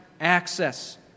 access